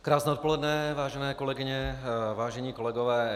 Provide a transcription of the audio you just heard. Krásné odpoledne, vážené kolegyně, vážení kolegové.